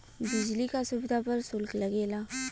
बिजली क सुविधा पर सुल्क लगेला